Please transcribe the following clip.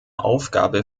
aufgabe